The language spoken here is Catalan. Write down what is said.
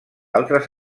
altres